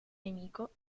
nemico